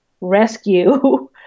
rescue